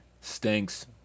Stinks